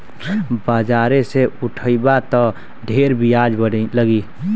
बाजारे से उठइबा त ढेर बियाज लगी